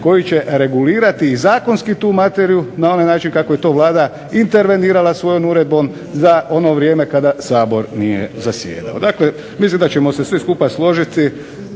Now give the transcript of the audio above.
koji će regulirati i zakonski tu materiju na onaj način kako je to Vlada intervenirala svojom uredbom za ono vrijeme kada Sabor nije zasjedao. Dakle, mislim da ćemo se svi skupa složiti